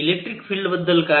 electric field बद्दल काय